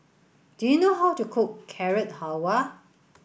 do you know how to cook Carrot Halwa